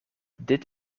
dit